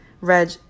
Reg